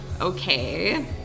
okay